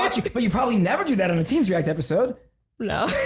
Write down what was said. and you but you probably never do that in the teens react episode no